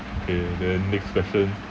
okay then next question